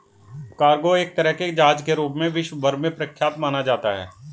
cargo एक तरह के जहाज के रूप में विश्व भर में प्रख्यात माना जाता है